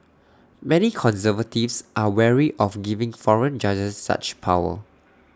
many conservatives are wary of giving foreign judges such power